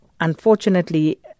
Unfortunately